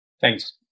Thanks